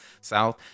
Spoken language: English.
south